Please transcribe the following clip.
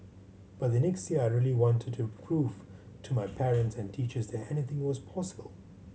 but the next year I really wanted to prove to my parents and teachers that anything was possible